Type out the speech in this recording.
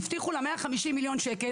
הבטיחו לה 150 מיליון ₪,